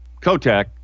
Kotak